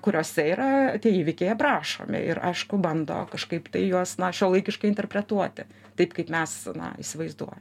kuriose yra tie įvykiai aprašomi ir aišku bando kažkaip tai juos na šiuolaikiškai interpretuoti taip kaip mes įsivaizduoja